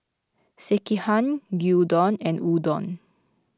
Sekihan Gyudon and Udon